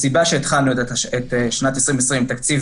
הסיבה שהתחלנו את שנת 2020 עם תקציב